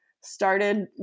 started